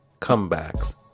Comebacks